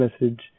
message